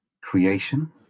creation